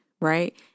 right